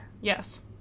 Yes